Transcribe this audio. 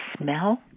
smell